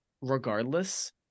regardless